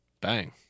Bang